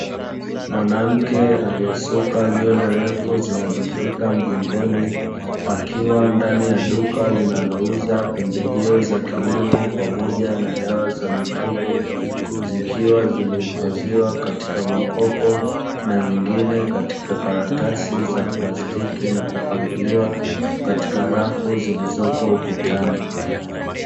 Mwanamke aliyesuka nywele ndefu zinazofika mgongoni, akiwa ndani ya duka linalouza pembejeo za kilimo pamoja na dawa za mifugo; zikiwa zimehifadhiwa katika makopo na nyingine katika karatasi za plastiki, na kupangiliwa katika rafu zilizoko ukutani.